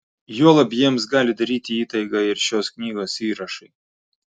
juolab jiems gali daryti įtaigą ir šios knygos įrašai